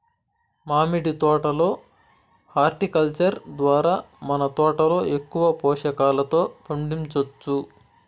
మామిడి తోట లో హార్టికల్చర్ ద్వారా మన తోటలో ఎక్కువ పోషకాలతో పండించొచ్చు